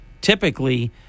typically